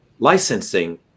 licensing